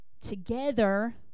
together